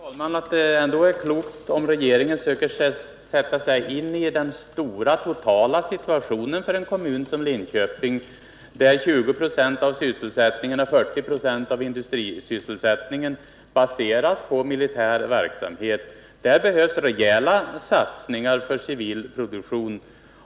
Herr talman! Jag tror att det ändå är klokt om regeringen försöker sätta sig in i totalsituationen för en kommun som Linköping, där 20 26 av sysselsättningen och 40 96 av industrisysselsättningen baseras på militär verksamhet. Där behövs rejäla satsningar på civil produktion.